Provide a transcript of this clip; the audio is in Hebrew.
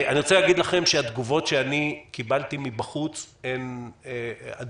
אני רוצה להגיד לכם שהתגובות שאני קיבלתי מבחוץ הן אדירות,